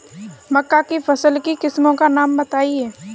मक्का की फसल की किस्मों का नाम बताइये